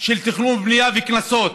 של תכנון ובנייה וקנסות,